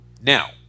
Now